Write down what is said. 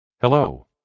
Hello